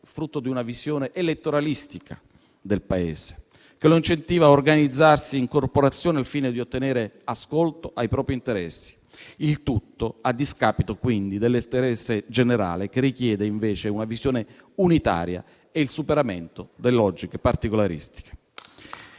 frutto di una visione elettoralistica del Paese che lo incentiva a organizzarsi in corporazione al fine di ottenere ascolto ai propri interessi; il tutto a discapito dell'interesse generale che richiede, invece, una visione unitaria e il superamento di logiche particolaristiche.